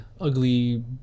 ugly